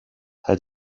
her